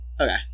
Okay